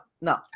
no